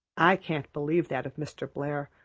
i can't believe that of mr. blair,